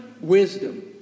wisdom